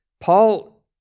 Paul